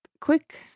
quick